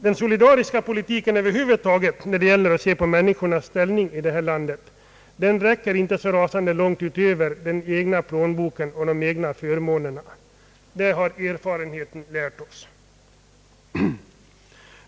Den solidariska politiken i detta land när det gäller människornas ställning räcker inte så långt utöver den egna plånboken och de egna förmånerna. Det har erfarenheten lärt oss.